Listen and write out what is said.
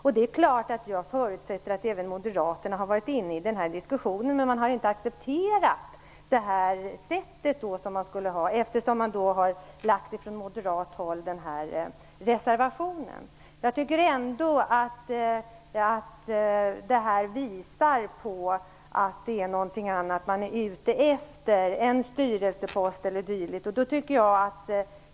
Jag förutsätter naturligtvis att även moderaterna har varit med i diskussionen, men man har inte accepterat sättet, eftersom man från moderat håll lagt den här reservationen. Jag tycker ändå att detta visar på att det är något annat man är ute efter: en styrelsepost e.d.